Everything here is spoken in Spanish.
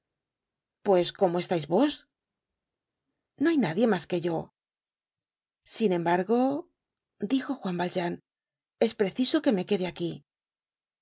pues cómo estais vos no hay nadie mas que yo sin embargo dijo juan valjean es preciso que me quede aquí